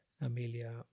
Amelia